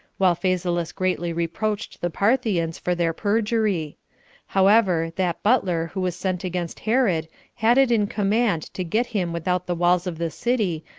while phasaelus greatly reproached the parthians for their perjury however, that butler who was sent against herod had it in command to get him without the walls of the city,